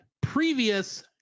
previous